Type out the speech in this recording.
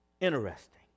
Interesting